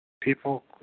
people